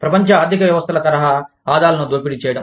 ప్రపంచ ఆర్థిక వ్యవస్థల తరహా ఆదాలను దోపిడీ చేయడం